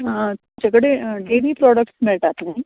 हां तुजे कडेन डेरी प्रोडक्ट मेळटात न्ही